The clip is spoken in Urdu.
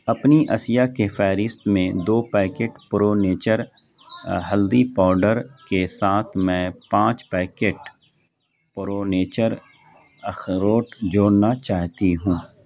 اپنی اشیاء کے فہرست میں دو پیکٹ پرو نیچر ہلدی پاؤڈر کے ساتھ میں پانچ پیکٹ پرو نیچر اخروٹ جوڑنا چاہتی ہوں